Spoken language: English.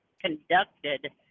conducted